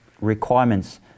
requirements